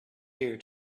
here